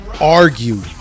argue